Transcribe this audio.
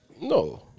No